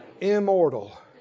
immortal